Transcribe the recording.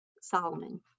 Solomon